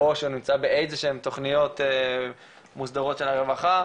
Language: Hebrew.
או שהוא נמצא באיזשהם תוכניות מוסדרות של הרווחה,